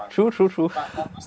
true true true